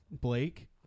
Blake